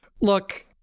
Look